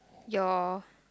your